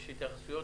יש התייחסויות?